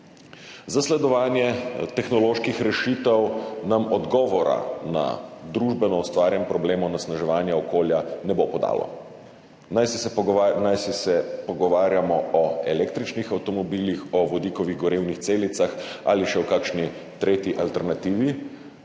Zasledovanje tehnoloških rešitev nam odgovora na družbeno ustvarjen problem onesnaževanja okolja ne bo podalo. Najsi se pogovarjamo o električnih avtomobilih, o vodikovih gorivnih celicah ali še o kakšni tretji alternativi,